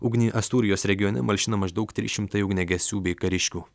ugnį astūrijos regione malšina maždaug trys šimtai ugniagesių bei kariškių